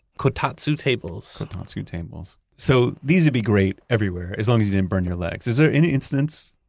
kotatsu tables. kotatsu tables. so these would be great everywhere as long as you didn't burn your legs. is there any instance,